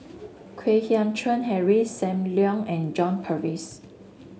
Kwek Hian Chuan Henry Sam Leong and John Purvis